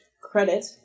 credit